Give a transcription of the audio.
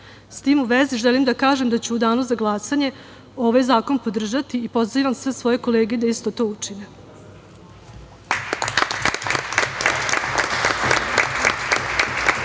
S tim u vezi, želim da kažem da ću u danu za glasanje ovaj zakon podržati i pozivam sve svoje kolege da isto to učine.